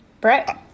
Brett